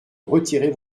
retirer